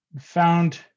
found